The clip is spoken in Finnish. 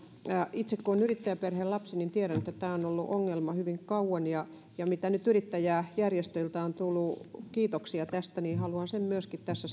itse kun olen yrittäjäperheen lapsi niin tiedän että tämä on ollut ongelma hyvin kauan ja ja mitä nyt yrittäjäjärjestöiltä on tullut kiitoksia tästä niin haluan sen myöskin tässä